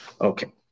Okay